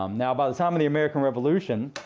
um now by the time of the american revolution,